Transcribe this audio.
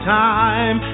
time